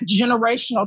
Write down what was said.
generational